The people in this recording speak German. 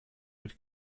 mit